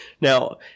Now